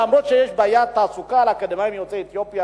למרות שיש בעיית תעסוקה לאקדמאים יוצאי אתיופיה,